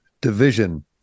division